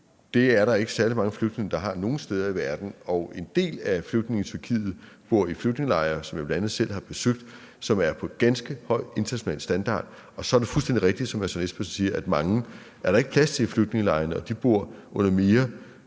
det er der ikke særlig mange flygtninge der har nogen steder i verden, og en del af flygtningene i Tyrkiet bor i flygtningelejre, som jeg bl.a. selv har besøgt, og som er af ganske høj international standard. Og så er det fuldstændig rigtigt, som hr. Søren Espersen siger, at mange andre er der ikke plads til i flygtningelejrene, og de bor under mere forhutlede